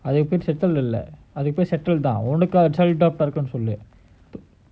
அதெப்படி:atheppadi settle இல்லஅதுபேரு:illa adhu peru settle தான்உனக்கு இருக்குனுசொல்லு:thaan unaku irukkunu sollu